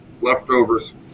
leftovers